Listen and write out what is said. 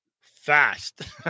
fast